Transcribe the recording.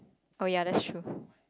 oh ya that's true